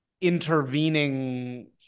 intervening